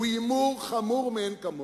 היא הימור חמור מאין כמוהו.